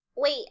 Wait